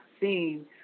seen